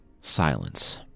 silence